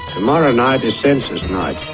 tomorrow night is census night.